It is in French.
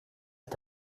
est